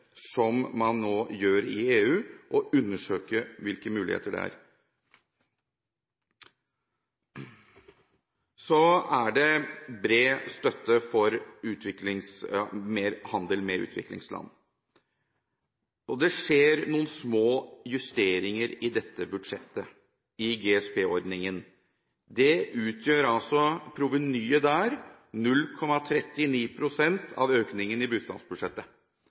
som man nå gjør i EU, og undersøke hvilke muligheter det er? Så er det bred støtte for mer handel med utviklingsland, og det skjer noen små justeringer i dette budsjettet i GSP-ordningen. Provenyet der utgjør 0,39 pst. av økningen i bistandsbudsjettet.